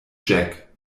jack